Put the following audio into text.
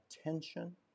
attention